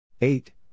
Eight